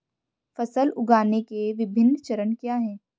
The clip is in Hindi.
फसल उगाने के विभिन्न चरण क्या हैं?